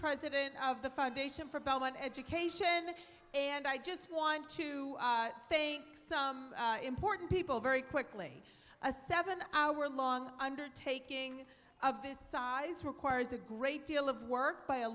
president of the foundation for bowman education and i just want to thank some important people very quickly a seven hour long undertaking of this size requires a great deal of work by a